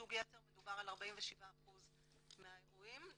ייצוג יתר 47% מהאירועים.